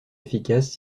efficaces